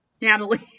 Natalie